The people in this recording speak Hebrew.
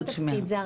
זה לא תפקיד.